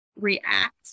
react